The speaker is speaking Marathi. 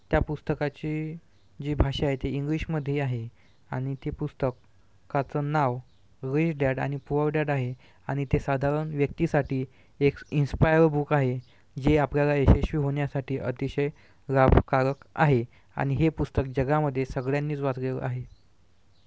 त्या पुस्तकाची जी भाषा आहे ती इंग्लिशमध्ये आहे आणि ते पुस्तक काचं नाव री डॅड आणि पुअर डॅड आहे आणि ते साधारण व्यक्तीसाठी एक इंस्पारायल बुक आहे जे आपल्याला यशस्वी होण्यासाठी अतिशय लाभकारक आहे आणि हे पुस्तक जगामध्ये सगळ्यांनीच वाचलेलं आहे